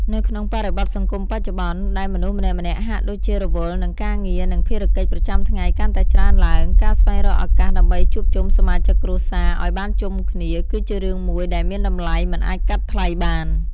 នៅក្នុងបរិបទសង្គមបច្ចុប្បន្ន ដែលមនុស្សម្នាក់ៗហាក់ដូចជារវល់នឹងការងារនិងភារកិច្ចប្រចាំថ្ងៃកាន់តែច្រើនឡើង ការស្វែងរកឱកាសដើម្បីជួបជុំសមាជិកគ្រួសារឲ្យបានជុំគ្នាគឺជារឿងមួយដែលមានតម្លៃមិនអាចកាត់ថ្លៃបាន។